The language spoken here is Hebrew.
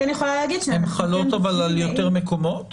הן חלות על יותר מקומות